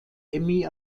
emmy